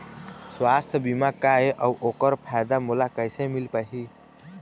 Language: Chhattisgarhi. सुवास्थ बीमा का ए अउ ओकर फायदा मोला कैसे मिल पाही?